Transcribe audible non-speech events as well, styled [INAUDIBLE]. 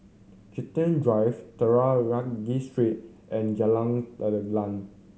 Chiltern Drive [UNINTELLIGIBLE] Street and Jalan [UNINTELLIGIBLE]